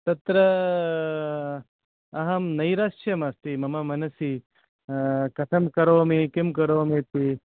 तत्र अहं नैरस्यमस्ति मम मनसि कथं करोमि किं करोमि इति